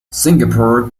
singapore